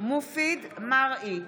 מופיד מרעי,